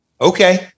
okay